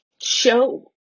show